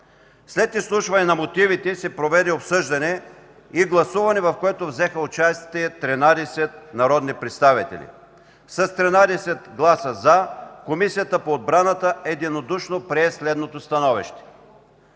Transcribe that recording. След изслушването на мотивите се проведе обсъждане и гласуване, в което участваха 13 народни представители. С 13 гласа „за” Комисията по отбрана единодушно прие следното становище: